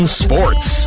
sports